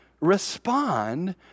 respond